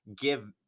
give